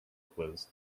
quiz